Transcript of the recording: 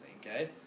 okay